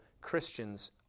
Christians